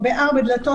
או בארבע דלתות,